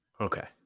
Okay